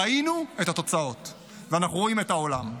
ראינו את התוצאות, ואנחנו רואים את העולם.